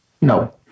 No